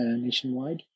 Nationwide